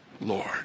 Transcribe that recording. Lord